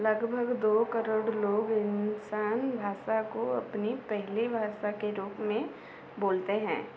लगभग दो करोड़ लोग इन्सान भाषा को अपनी पहली भाषा के रूप में बोलते हैं